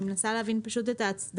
אני מנסה להבין את ההצדקה.